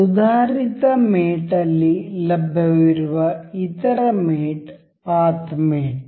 ಸುಧಾರಿತ ಮೇಟ್ ಅಲ್ಲಿ ಲಭ್ಯವಿರುವ ಇತರ ಮೇಟ್ ಪಾತ್ ಮೇಟ್